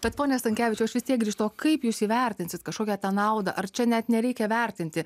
bet pone stankevičiau aš vis tiek grįžtu o kaip jūs įvertinsit kažkokią tą naudą ar čia net nereikia vertinti